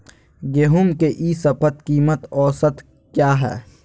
गेंहू के ई शपथ कीमत औसत क्या है?